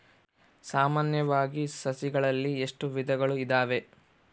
ಸಾಮಾನ್ಯವಾಗಿ ಸಸಿಗಳಲ್ಲಿ ಎಷ್ಟು ವಿಧಗಳು ಇದಾವೆ?